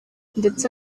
ndetse